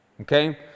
Okay